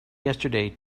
yesterday